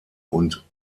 und